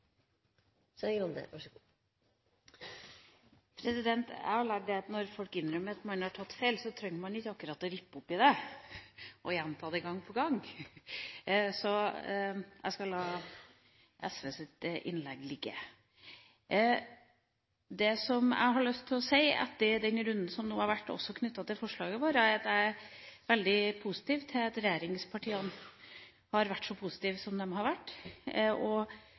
Jeg har lært at når folk innrømmer at de har tatt feil, trenger man ikke akkurat å rippe opp i det og gjenta det gang på gang, så jeg skal la SVs innlegg ligge. Det jeg har lyst til å si etter den runden som nå har vært, også knyttet til forslaget vårt, er at jeg er veldig positiv til at regjeringspartiene har vært så positive som de har vært.